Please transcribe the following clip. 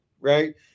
right